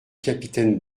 capitaine